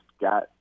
got